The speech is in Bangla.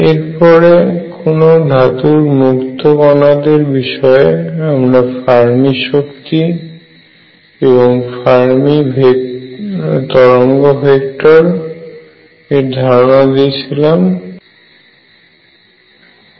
এরপরে কোন ধাতুর মুক্ত কণাদের বিষয়ে আমরা ফার্মি শক্তি এবং ফার্মি তরঙ্গ ভেক্টর এর ধারণা সঙ্গে পরিচয় ঘটিয়েছিলাম